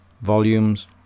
Volumes